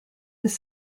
this